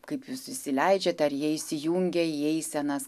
kaip jūs įsileidžiate ar jie įsijungia į eisenas